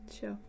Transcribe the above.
Sure